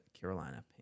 Carolina